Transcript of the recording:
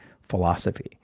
philosophy